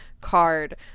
card